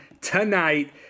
tonight